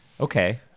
Okay